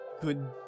good